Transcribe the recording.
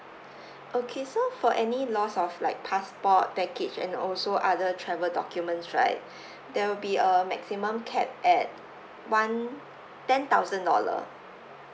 okay so for any loss of like passport baggage and also other travel documents right there will be a maximum cap at one ten thousand dollar